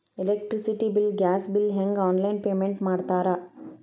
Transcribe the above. electricity bill gas bill ಹೆಂಗ online payment ಮಾಡ್ತಾರಾ